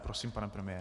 Prosím, pane premiére.